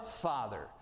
Father